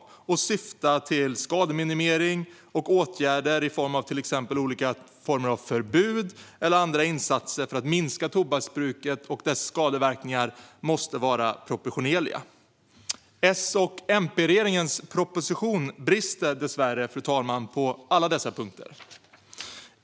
Den ska syfta till skademinimering, och åtgärder i form av till exempel olika typer av förbud eller andra insatser för att minska tobaksbruket och dess skadeverkningar måste vara proportionerliga. S och MP-regeringens proposition brister dessvärre, fru talman, på alla dessa punkter.